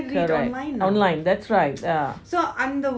correct online that's right uh